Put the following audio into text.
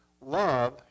Love